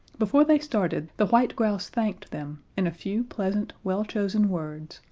before they started, the white grouse thanked them in a few pleasant, well-chosen words,